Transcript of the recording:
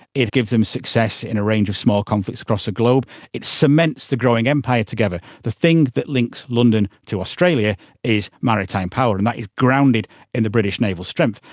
it gives them success in a range of small conflicts across the globe, it cements the growing empire together. the thing that links london to australia is maritime power, and that is grounded in the british naval strength.